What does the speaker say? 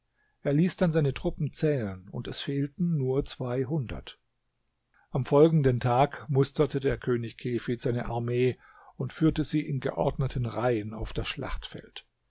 er ließ dann seine truppen zählen und es fehlten nur zweihundert am folgenden tag musterte der könig kefid seine armee und führte sie in geordneten reihen auf das schlachtfeld